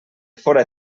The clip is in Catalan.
fóra